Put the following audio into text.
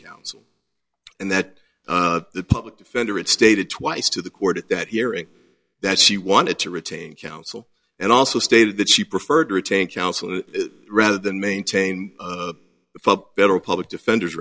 counsel and that the public defender it stated twice to the court at that hearing that she wanted to retain counsel and also stated that she preferred retained counsel rather than maintain the federal public defender